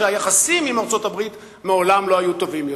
שהיחסים עם ארצות-הברית מעולם לא היו טובים יותר.